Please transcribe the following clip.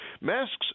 Masks